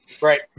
Right